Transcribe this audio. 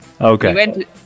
Okay